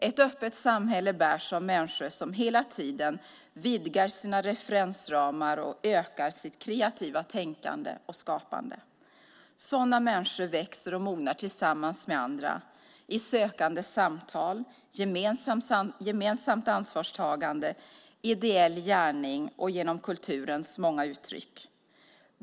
Ett öppet samhälle bärs av människor som hela tiden vidgar sina referensramar och ökar sitt kreativa tänkande och skapande. Sådana människor växer och mognar tillsammans med andra i sökande samtal, gemensamt ansvarstagande, ideell gärning och genom kulturens många uttryck.